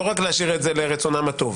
לא רק להשאיר את זה לרצונן הטוב.